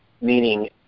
meaning